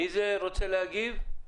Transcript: מי רוצה להגיב?